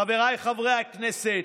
חבריי חברי הכנסת,